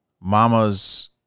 mama's